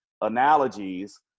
analogies